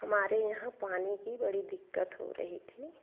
हमारे यहाँ पानी की बड़ी दिक्कत हो रही थी